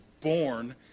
born